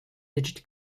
digit